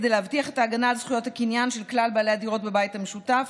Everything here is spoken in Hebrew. כדי להבטיח את ההגנה על זכויות הקניין של כלל בעלי הדירות בבית המשותף,